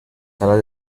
salas